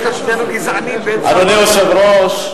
אדוני היושב-ראש,